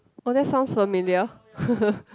oh that sounds familiar